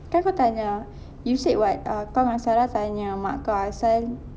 kan kau tanya you said what err kau dengan sarah tanya mak kau apasal